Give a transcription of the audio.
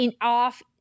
off